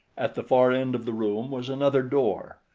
at the far end of the room was another door,